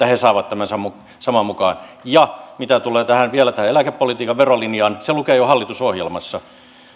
he saavat tämän saman mukaan ja mitä tulee vielä tähän eläkepolitiikan verolinjaan se lukee jo hallitusohjelmassa